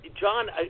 John